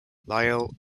lyell